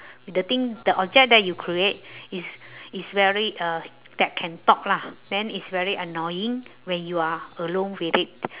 the thing the object that you create is is very uh that can talk lah then it's very annoying when you are alone with it